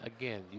again